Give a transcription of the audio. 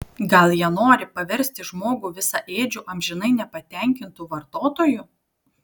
gal jie nori paversti žmogų visaėdžiu amžinai nepatenkintu vartotoju